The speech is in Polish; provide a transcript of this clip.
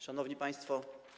Szanowni Państwo!